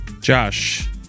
Josh